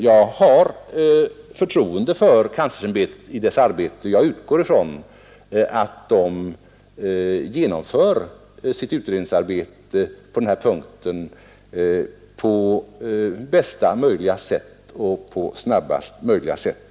Jag har förtroende för kanslersämbetet och för dess arbete, och jag utgår från att man där genomför sitt utredningsarbete i detta fall på bästa möjliga och snabbast möjliga sätt.